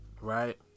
right